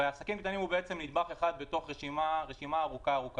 ועסקים קטנים הוא נדבך אחד מתוך רשימה מאוד ארוכה.